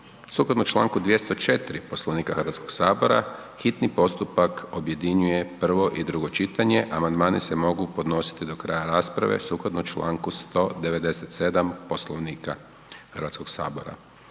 Sukladno članku 204. Poslovnika Hrvatskoga sabora hitni postupak objedinjuje prvo i drugo čitanje. Amandmani se mogu podnositi do kraja rasprave sukladno članku 197. Poslovnika Hrvatskoga sabora.